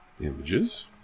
Images